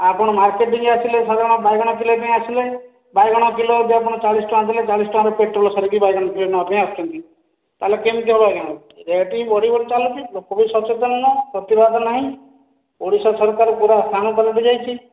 ଆପଣ ମାର୍କେଟ ଭି ଆସିବେ ଥରେ ବାଇଗଣ କିଲୋ ପାଇଁ ଆସିଲେ ବାଇଗଣ କିଲୋ ଆପଣ ଚାଳିଶ ଟଙ୍କା ଦେଲେ ଚାଳିଶ ଟଙ୍କା ପେଟ୍ରୋଲ ସାରିକି ବାଇଗଣ କିଲୋ ନେବା ପାଇଁ ଆସୁଛନ୍ତି ତାହେଲେ କେମିତି ହେବ ଆଜ୍ଞା ଆଉ ରେଟ୍ ବି ବଢି ବଢି ଚାଲୁଛି ଲୋକ ଭି ସଚେତନ ହେବାର ନାହିଁ ପ୍ରତିବାଦ ନାହିଁ ଓଡ଼ିଶା ସରକାରର ପୁରା ସ୍ଥାଣୁ ପାଲଟି ଯାଇଛି